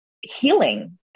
healing